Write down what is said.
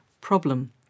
problem